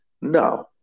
no